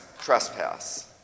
trespass